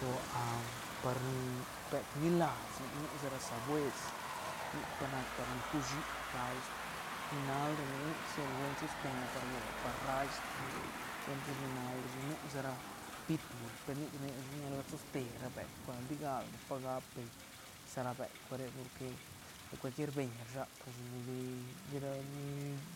Oh ah par ni beuk ñilas nic nu sa ra sabues nic pa nac par ni rcuashi raits rri nal ra nic nic sol buen soste nac par gots par raits cuentis rri nal rashi nu sa ra pitbul per nic rnirashi ñilas toste ra beukga digal di pa gapbeñ sa ra beuk ga re porque lo cualquier beñ rshatrashi ni di di ra